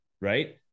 Right